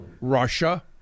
Russia